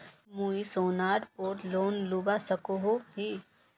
मुई सोनार पोर लोन लुबा सकोहो ही?